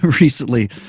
recently